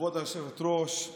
כבוד היושבת-ראש,